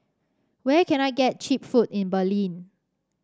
where can I get cheap food in Berlin